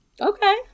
Okay